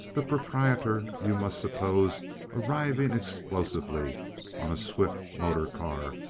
the proprietor you must suppose arriving explosively on a swift motor-car,